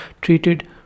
treated